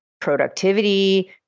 productivity